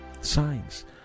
signs